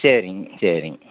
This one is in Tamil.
சரிங்க சரிங்க